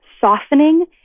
softening